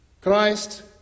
Christ